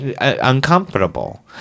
uncomfortable